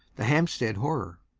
the hampstead horror.